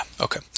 okay